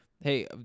hey